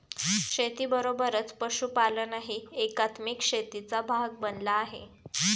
शेतीबरोबरच पशुपालनही एकात्मिक शेतीचा भाग बनला आहे